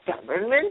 government